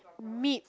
meet